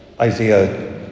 Isaiah